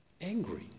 angry